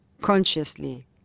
consciously